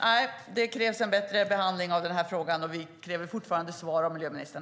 Nej, det krävs en bättre behandling av den här frågan. Vi kräver fortfarande svar av miljöministern.